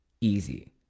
easy